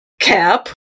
cap